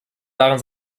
waren